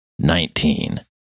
Nineteen